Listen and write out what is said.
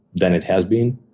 than it has been.